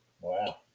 Wow